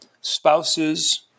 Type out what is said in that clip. spouses